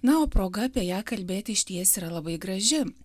na o proga apie ją kalbėti išties yra labai graži